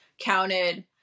counted